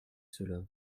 cela